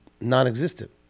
non-existent